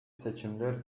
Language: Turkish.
seçimler